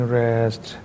rest